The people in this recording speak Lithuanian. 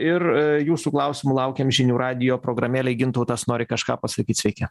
ir jūsų klausimų laukiam žinių radijo programėlėj gintautas nori kažką pasakyt sveiki